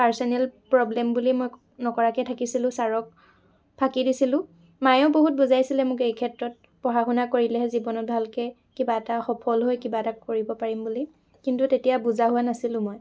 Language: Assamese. পাৰ্চনেল প্ৰবলেম বুলি মই নকৰাকৈ থাকিছিলোঁ ছাৰক ফাঁকি দিছিলোঁ মায়েও বহুত বুজাইছিলে মোক এই ক্ষেত্ৰত পঢ়া শুনা কৰিলেহে জীৱনত ভালকৈ কিবা এটা সফল হৈ কিবা এটা কৰিব পাৰিম বুলি কিন্তু তেতিয়া বুজা হোৱা নাছিলোঁ মই